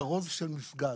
כרוז של מסגד.